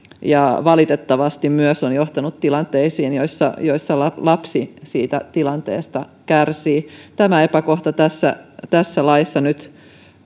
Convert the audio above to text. ja valitettavasti myös on johtanut tilanteisiin joissa joissa lapsi siitä tilanteesta kärsii tämä epäkohta tässä tässä laissa nyt